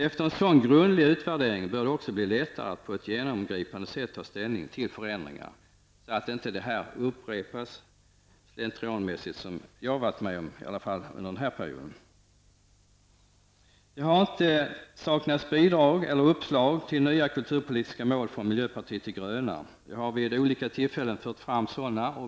Efter en så grundlig utvärdering bör det vara lättare att på ett genomgripande sätt ta ställning till olika förändringar, för att slippa en sådan slentrianmässig upprepning som jag har varit med om under den period som vi har suttit med här. Det har emellertid inte saknats bidrag eller uppslag till nya kulturpolitiska mål från miljöpartiet de gröna. Jag har vid olika tillfällen fört fram sådana.